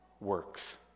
works